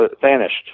vanished